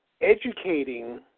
educating